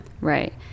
Right